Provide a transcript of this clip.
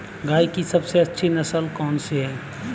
गाय की सबसे अच्छी नस्ल कौनसी है?